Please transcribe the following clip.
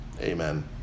Amen